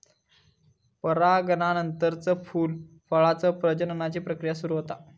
परागनानंतरच फूल, फळांत प्रजननाची प्रक्रिया सुरू होता